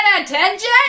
attention